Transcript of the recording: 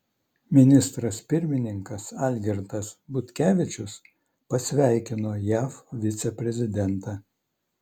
ministras pirmininkas algirdas butkevičius pasveikino jav viceprezidentą